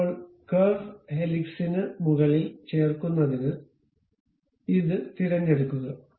ഇപ്പോൾ കർവ് ഹെലിക്സിന് മുകളിൽ ചേർക്കുന്നതിന് ഇത് തിരഞ്ഞെടുക്കുക